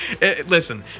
Listen